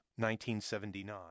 1979